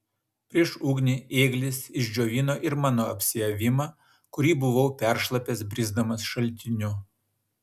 prieš ugnį ėglis išdžiovino ir mano apsiavimą kurį buvau peršlapęs brisdamas šaltiniu